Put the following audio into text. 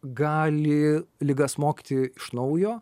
gali liga smogti iš naujo